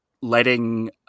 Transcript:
letting